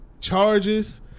charges